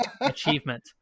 achievement